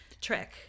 trick